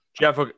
Jeff